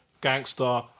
gangster